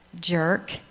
jerk